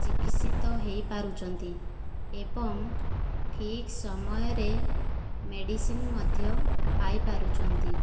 ଚିକିତ୍ସିତ ହୋଇପାରୁଛନ୍ତି ଏବଂ ଠିକ୍ ସମୟରେ ମେଡ଼ିସିନ ମଧ୍ୟ ପାଇପାରୁଛନ୍ତି